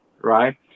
Right